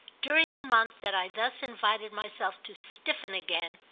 during the month that i thus invited myself to stiffen again,